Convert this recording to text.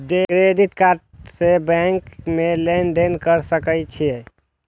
Credit card से bank में लेन देन कर सके छीये?